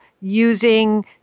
using